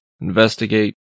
investigate